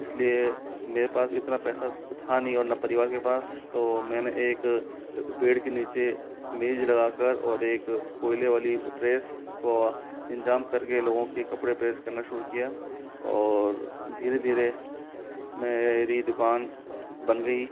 इस लिए मेरे पास इतना पैसा था नहीं और ना परिवार के पास तो मैंने एक पेड़ के नीचे मेज़ लगा कर और एक कोयले वाली प्रेस का इन्तज़ाम कर के लोगों के कपड़े प्रेस करना शुरू किया और धीरे धीरे मेरी दुकान बन गई